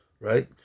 right